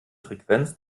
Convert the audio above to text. frequenz